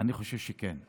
אני חושב שכן.